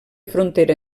frontera